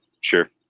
sure